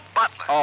butler